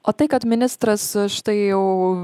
o tai kad ministras štai jau